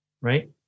right